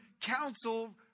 counsel